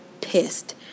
pissed